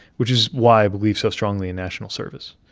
which is why i believe so strongly in national service.